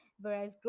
whereas